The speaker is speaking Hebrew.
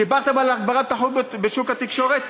דיברתם על הגברת התחרות בשוק התקשורת,